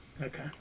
Okay